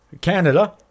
Canada